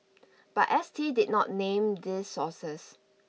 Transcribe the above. but S T did not name these sources